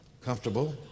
comfortable